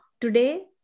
today